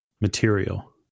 material